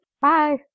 Bye